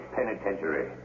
Penitentiary